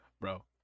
bro